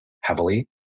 heavily